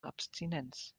abstinenz